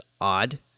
odd